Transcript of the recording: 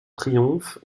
triomphe